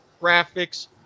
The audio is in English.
graphics